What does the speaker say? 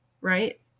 right